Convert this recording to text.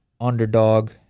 underdog